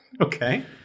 Okay